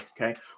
okay